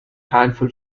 handful